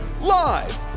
Live